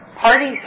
parties